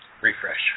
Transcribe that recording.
Refresh